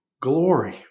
glory